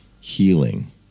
healing